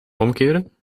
omkeren